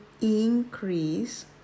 increase